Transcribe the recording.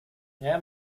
nie